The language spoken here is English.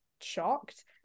shocked